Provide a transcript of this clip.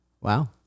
Wow